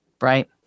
Right